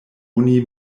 oni